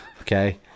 Okay